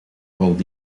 walt